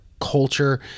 culture